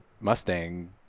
mustang